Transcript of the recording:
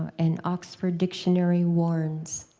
an oxford dictionary warns